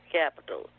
capital